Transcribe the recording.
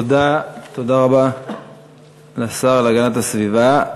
תודה רבה לשר להגנת הסביבה.